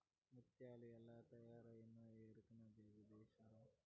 ముత్యాలు ఎలా తయారవుతాయో ఎరకనా జగదీశ్వరా